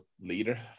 leader